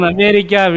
America